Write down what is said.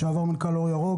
לשעבר מנכ"ל אור ירוק,